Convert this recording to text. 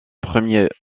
premier